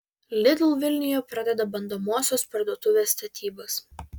lidl vilniuje pradeda bandomosios parduotuvės statybas